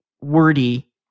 wordy